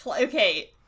Okay